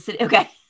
okay